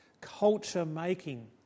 culture-making